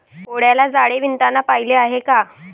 कोळ्याला जाळे विणताना पाहिले आहे का?